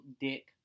dick